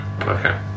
Okay